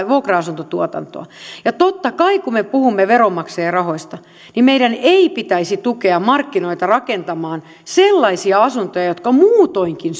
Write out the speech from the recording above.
vuokra asuntotuotantoa ja totta kai kun me puhumme veronmaksajien rahoista niin meidän ei pitäisi tukea markkinoita rakentamaan sellaisia asuntoja jotka muutoinkin